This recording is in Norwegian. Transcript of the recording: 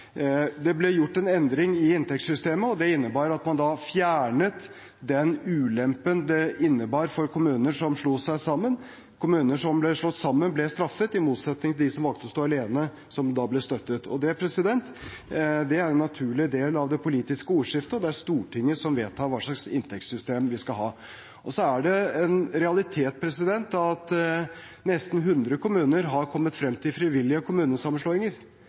Det ble gjort en endring i inntektssystemet, og det innebar at man da fjernet den ulempen det innebar for kommuner som slo seg sammen. Kommuner som ble slått sammen, ble straffet, i motsetning til de som valgte å stå alene, som da ble støttet. Det er jo en naturlig del av det politiske ordskiftet, og det er Stortinget som vedtar hva slags inntektssystem vi skal ha. Det er en realitet at nesten 100 kommuner har kommet frem til frivillige kommunesammenslåinger,